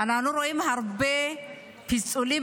אנחנו רואים הרבה פיצולים,